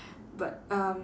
but um